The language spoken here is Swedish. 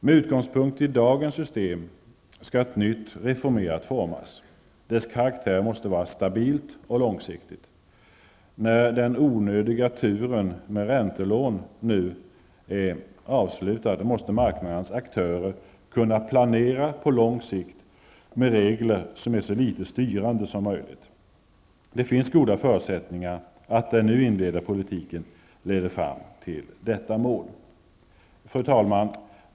Med utgångspunkt i dagens system skall ett nytt reformerat system formas. Dess karaktär måste vara stabilt och långsiktigt. När den onödiga turen med räntelån nu är avslutad, måste marknadens aktörer kunna planera på lång sikt med regler som är så litet styrande som möjligt. Det finns goda förutsättningar att den nu inledda politiken leder fram till detta mål. Fru talman!